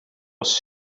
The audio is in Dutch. was